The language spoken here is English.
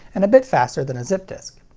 and a bit faster than a zip disk.